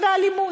סמים ואלימות?